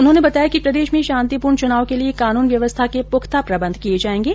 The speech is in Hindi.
उन्होंने बताया कि प्रदेश में शांतिपूर्ण चुनाव के लिये कानून व्यवस्था के पुख्ता प्रबंध किए जाएंगे